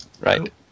Right